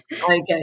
Okay